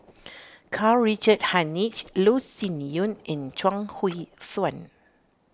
Karl Richard Hanitsch Loh Sin Yun and Chuang Hui Tsuan